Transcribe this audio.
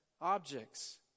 objects